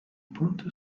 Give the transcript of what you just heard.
ponte